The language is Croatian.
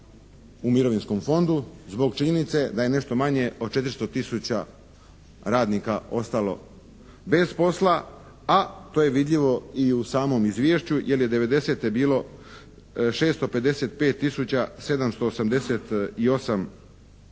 u mirovinskom fondu, zbog činjenice da je nešto manje od 400 tisuća radnika ostalo bez posla, a to je vidljivo i u samom izvješću, jer je '90. bilo 655 tisuća